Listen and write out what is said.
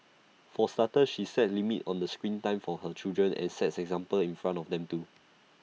for starters she set limits on the screen time for her children and sets an example in front of them too